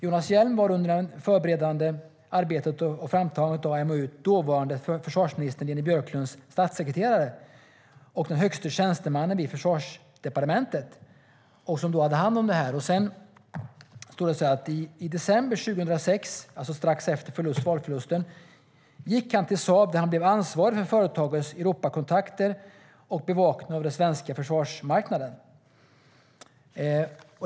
Jonas Hjelm var under det förberedande arbetet och framtagandet av MoU:et dåvarande försvarsminister Leni Björklunds statssekreterare och den högste tjänstemannen vid försvarsdepartementet." Han hade alltså hand om det här. "I december 2006" - alltså strax efter valförlusten - "gick han till Saab, där han blev ansvarig för företagets Europakontakter och bevakningen av den svenska försvarsmarknaden."